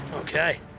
okay